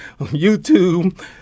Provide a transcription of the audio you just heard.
YouTube